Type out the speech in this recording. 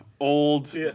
Old